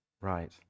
Right